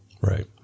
Right